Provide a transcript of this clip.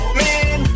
man